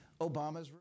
Obama's